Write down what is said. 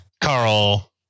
Carl